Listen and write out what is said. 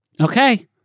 Okay